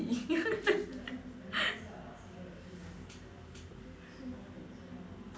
~dy